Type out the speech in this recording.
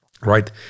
right